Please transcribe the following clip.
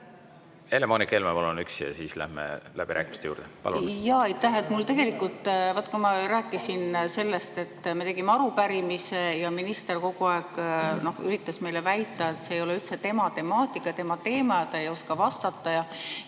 palun veel üks küsimus, ja siis läheme läbirääkimiste juurde. Palun! Jaa, aitäh! Tegelikult, vaat kui ma rääkisin sellest, et me tegime arupärimise ja minister kogu aeg üritas meile väita, et see ei ole üldse tema temaatika, tema teema, ta ei oska vastata,